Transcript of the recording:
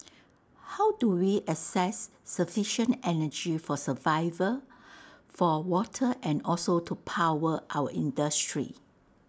how do we access sufficient energy for survival for water and also to power our industry